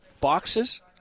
boxes